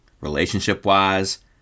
relationship-wise